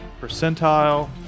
Percentile